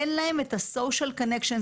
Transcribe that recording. אין להם את הקשרים החברתיים,